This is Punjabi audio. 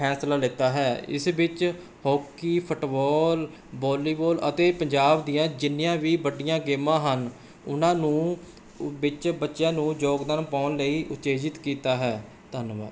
ਫੈਸਲਾ ਲਿੱਤਾ ਹੈ ਇਸ ਵਿੱਚ ਹੋਕੀ ਫੁੱਟਬਾਲ ਬੋਲੀਵੋਲ ਅਤੇ ਪੰਜਾਬ ਦੀਆਂ ਜਿੰਨੀਆਂ ਵੀ ਵੱਡੀਆਂ ਗੇਮਾਂ ਹਨ ਉਹਨਾਂ ਨੂੰ ਵਿੱਚ ਬੱਚਿਆਂ ਨੂੰ ਯੋਗਦਾਨ ਪਾਉਣ ਲਈ ਉਤੇਜਿਤ ਕੀਤਾ ਹੈ ਧੰਨਵਾਦ